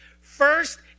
First